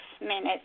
minutes